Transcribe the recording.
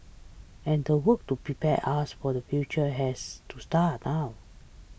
and the work to prepare us for the future has to start now